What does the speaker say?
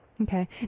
Okay